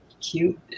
cute